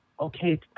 okay